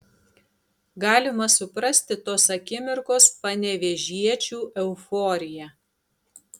galima suprasti tos akimirkos panevėžiečių euforiją